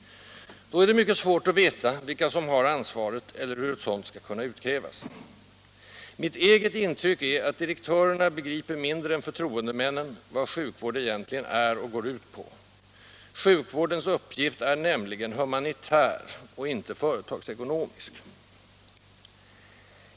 Då är det mycket svårt att veta, vilka som har ansvaret eller hur ett sådant skall kunna utkrävas. Mitt eget intryck är att direktörerna begriper mindre än förtroendemännen vad sjukvård egentligen är och går ut på. Sjukvårdens uppgift är nämligen humanitär och inte företagsekonomisk.